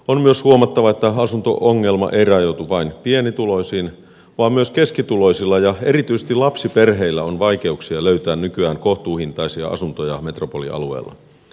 on myös huomattava että asunto ongelma ei rajoitu vain pienituloisiin vaan myös keskituloisilla ja erityisesti lapsiperheillä on vaikeuksia löytää nykyään kohtuuhintaisia asuntoja metropolialueella